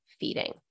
feeding